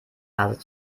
nase